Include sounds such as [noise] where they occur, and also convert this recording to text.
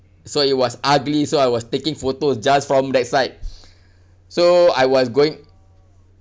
so it was ugly so I was taking photos just from that side [breath] so I was going